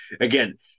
Again